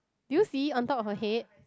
do you see on top of her head